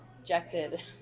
rejected